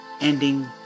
ending